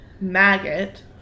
maggot